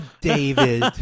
David